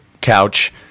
couch